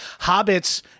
Hobbits